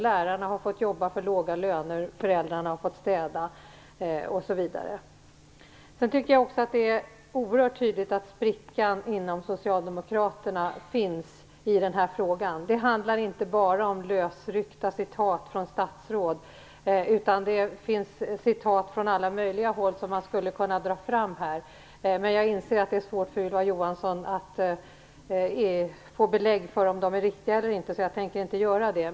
Lärarna har fått jobba för låga löner, och föräldrarna har fått städa, osv. Det är också oerhört tydligt att det finns en spricka inom Socialdemokraterna i den här frågan. Det handlar inte bara om lösryckta citat från statsråd, utan det finns citat från alla möjliga håll som man skulle kunna ta fram här. Men jag inser att det är svårt för Ylva Johansson att få belägg för om de är riktiga eller inte, så jag tänker inte göra det.